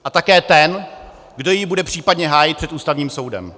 A také ten, kdo ji bude případně hájit před Ústavním soudem.